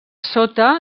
sota